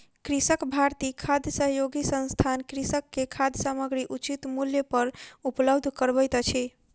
कृषक भारती खाद्य सहयोग संस्थान कृषक के खाद्य सामग्री उचित मूल्य पर उपलब्ध करबैत अछि